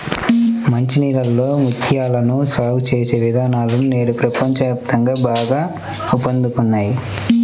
మంచి నీళ్ళలో ముత్యాలను సాగు చేసే విధానాలు నేడు ప్రపంచ వ్యాప్తంగా బాగా ఊపందుకున్నాయి